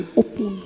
open